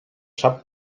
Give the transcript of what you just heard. sap